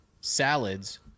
salads